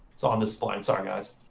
it's all on this spline. sorry, guys.